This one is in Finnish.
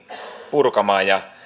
purkamaan ja